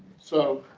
so,